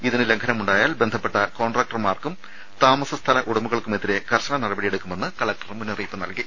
ഇതിന് ലംഘനമുണ്ടായാൽ ബന്ധപ്പെട്ട കോൺട്രാക്ടർമാർക്കും താമസ സ്ഥല ഉടമകൾക്കുമെതിരെ കർശന നടപടികൾ സ്വീകരിക്കുമെന്ന് കലക്ടർ മുന്നറിയിപ്പ് നൽകി